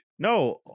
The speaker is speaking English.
No